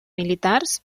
militars